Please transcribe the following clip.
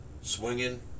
swinging